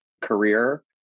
career